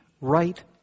right